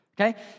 okay